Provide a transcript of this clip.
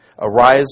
Arise